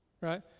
right